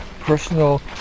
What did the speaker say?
personal